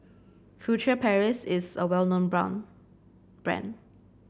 Furtere Paris is a well known brand